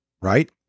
right